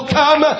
come